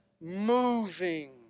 moving